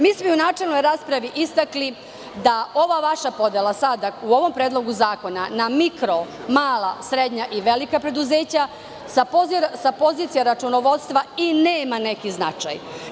Mi smo i u načelnoj raspravi istakli da ova vaša podela sada u ovom predlogu zakona – na mikro, mala, srednja i velika preduzeća, sa pozicija računovodstva i nema neki značaj.